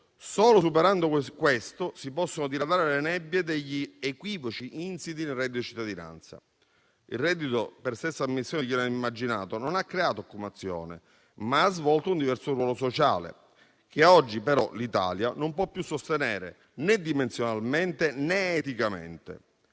Solo superando questo, si possono diradare le nebbie degli equivoci insiti nel reddito cittadinanza. Il reddito, per stessa ammissione di chi lo ha immaginato, non ha creato occupazione, ma ha svolto un diverso ruolo sociale, che oggi però l'Italia non può più sostenere, né dimensionalmente, né eticamente.